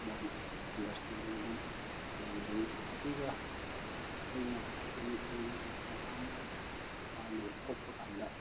ꯃꯣꯏ ꯑꯟꯗ꯭ꯔꯁꯇꯦꯟꯗꯤꯡ ꯑꯗꯨꯝ ꯂꯩꯅꯩ ꯑꯗꯨꯒ ꯑꯩꯈꯣꯏꯅ ꯃꯅꯤꯄꯨꯔꯤ ꯃꯆꯥꯅ ꯃꯄꯥꯜꯂꯣꯝ ꯊꯣꯛꯄꯀꯥꯟꯗ